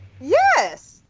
Yes